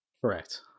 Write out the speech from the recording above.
Correct